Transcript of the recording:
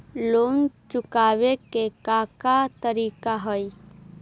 Loan चुकावे के का का तरीका हई?